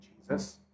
Jesus